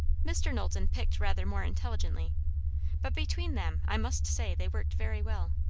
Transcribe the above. mr. knowlton picked rather more intelligently but between them, i must say, they worked very well.